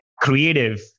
creative